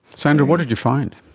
sandra, what did you find?